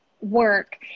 work